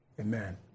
Amen